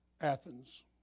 Athens